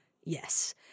yes